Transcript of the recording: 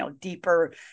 deeper